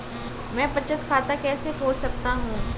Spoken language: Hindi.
मैं बचत खाता कैसे खोल सकता हूँ?